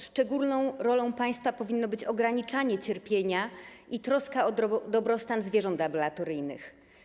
Szczególną rolą państwa powinno być ograniczanie cierpienia i troska o dobrostan zwierząt laboratoryjnych.